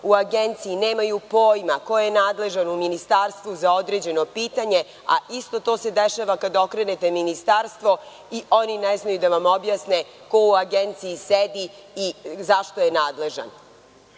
u Agenciji nemaju pojma koje je nadležno ministarstvo za određeno pitanje, a isto to se dešava kada okrenete ministarstvo, i oni ne znaju da vam objasne ko u Agenciji sedi i za šta je nadležan. Sve